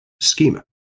schema